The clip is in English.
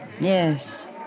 Yes